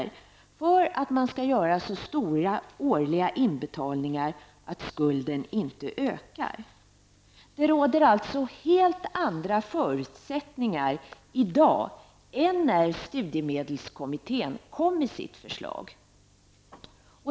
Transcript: för att man skall kunna göra så stora årliga inbetalningar att skulden inte ökar. Det råder alltså helt andra förutsättningar i dag än när studiemedelskommittén lade fram sitt förslag.